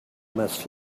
must